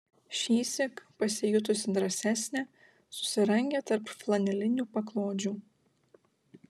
šįsyk pasijutusi drąsesnė susirangė tarp flanelinių paklodžių